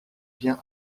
biens